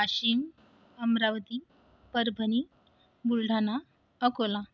Washim Amravati Parbhani Buldhana Akola